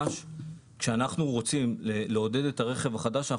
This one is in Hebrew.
כשאנחנו רוצים לעודד את הרכב החדש,